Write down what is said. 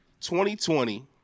2020